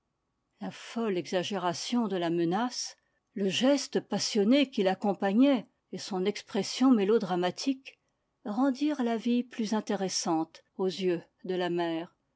la folle exagération de la menace le geste passionné qui l'accompagnait et son expression mélodramatique rendirent la vie plus intéressante aux yeux de la mère